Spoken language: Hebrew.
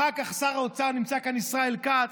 אחר כך שר האוצר שנמצא כאן, ישראל כץ,